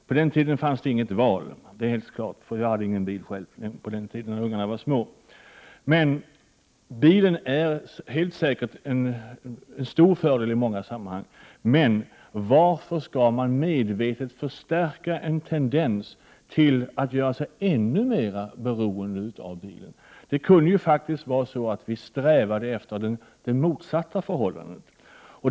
På den tiden fanns det dock inget val, eftersom jag inte hade någon bil när barnen var små. Bilen utgör säkert en stor fördel i många sammanhang. Varför skall man medvetet förstärka en tendens till att människor blir ännu mer beroende av bilen? Ni kunde faktiskt sträva efter det motsatta förhållandet i stället.